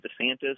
DeSantis